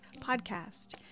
podcast